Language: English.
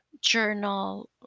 journal